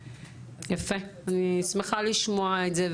יפה, אני שמחה לשמוע את זה.